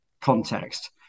context